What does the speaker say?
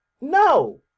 No